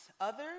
others